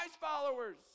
followers